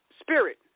Spirit